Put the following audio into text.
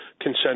consent